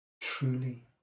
truly